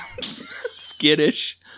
Skittish